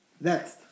Next